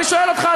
אני שואל אותך,